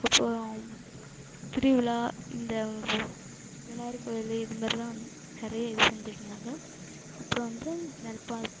அப்பறம் திருவிழா இந்த விநாயகர் கோயில் இது மாதிரிலாம் வந் நிறைய இது செஞ்சிட்டுருந்தாங்க அப்புறம் வந்து